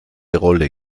rolle